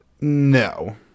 No